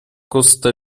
коста